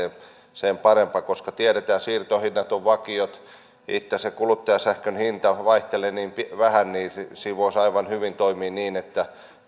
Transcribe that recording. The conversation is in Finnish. tilanteeseensa parempi koska tiedetään että siirtohinnat ovat vakiot itse kuluttajasähkön hinta vaihtelee niin vähän joten siinä voisi aivan hyvin toimia niin että